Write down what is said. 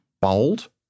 Bold